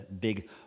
big